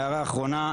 הערה אחרונה,